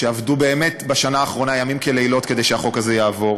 שעבדו באמת בשנה האחרונה ימים ולילות כדי שהחוק הזה יעבור.